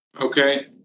Okay